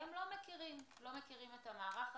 הם לא מכירים את המערך הזה,